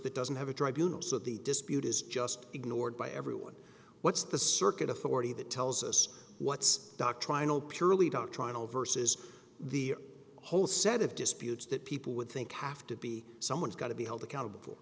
that doesn't have a tribunals that the dispute is just ignored by everyone what's the circuit authority that tells us what's doctrinal purely doctrinal versus the whole set of disputes that people would think have to be someone's got to be held accountable